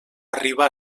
arriba